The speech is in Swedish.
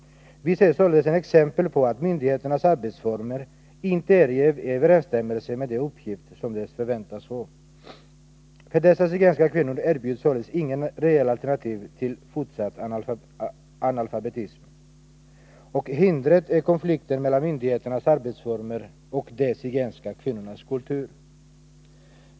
Vi ser således ett exempel på att myndigheternas arbetsformer inte är i överensstämmelse med den uppgift som de förväntas ha. För dessa zigenska kvinnor erbjuds således inget reellt alternativ till fortsatt analfabetism. Och hindret är konflikten mellan myndigheternas arbetsformer och de zigenska kvinnornas kultur.